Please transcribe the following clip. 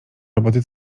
roboty